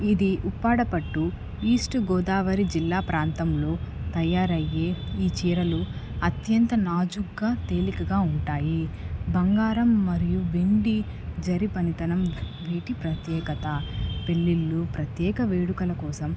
ఇది ఉప్పాడ పట్టు ఈస్ట్ గోదావరి జిల్లా ప్రాంతంలో తయారయ్యే ఈ చీరలు అత్యంత నాజుగ్గా తేలికగా ఉంటాయి బంగారం మరియు వెండి జరి పనితనం వీటి ప్రత్యేకత పెళ్ళిళ్ళు ప్రత్యేక వేడుకల కోసం